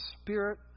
spirit